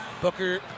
Booker